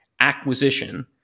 acquisition